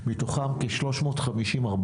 מתוכם כ-350 400